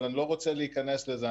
אבל אני לא ר וצה להיכנס לזה.